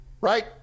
right